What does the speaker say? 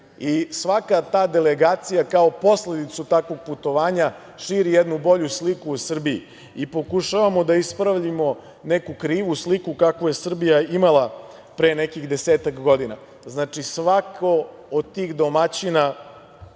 i svaka ta delegacija kao posledicu takvog putovanja širi jednu bolju sliku o Srbiji i pokušavamo da ispravimo neku krivu sliku, kakvu je Srbija imala pre nekih desetak godina. Znači, svako od tih domaćina,